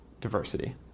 diversity